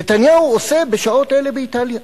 נתניהו עושה בשעות אלה באיטליה,